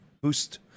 boost